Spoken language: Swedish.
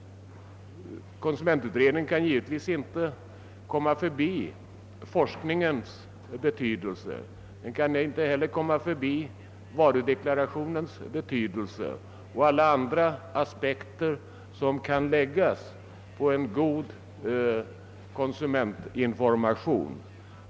Konsumentutredningen kan givetvis inte komma förbi forskningens betydelse. Den kan inte heller komma förbi varudeklarationens betydelse och alla andra aspekter som kan läggas på en god konsumentinformation.